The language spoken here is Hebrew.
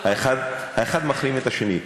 האחד מחרים את השני.